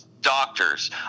doctors